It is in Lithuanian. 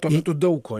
tuo metu daug ko